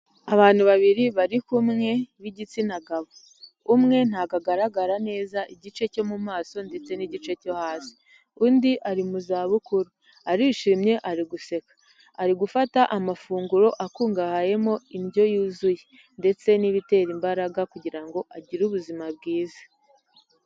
Abantu babiri bari kumwe b'igitsina gabo. Umwe ntabwo agaragara neza igice cyo mu maso ndetse n'igice cyo hasi. Undi ari mu zabukuru. Arishimye ari guseka. Ari gufata amafunguro akungahayemo indyo yuzuye ndetse n'ibitera imbaraga kugira ngo agire ubuzima bwiza.